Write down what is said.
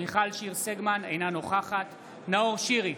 אינה נוכחת נאור שירי,